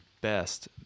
best